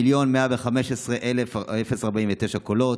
1,115,049 קולות,